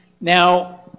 Now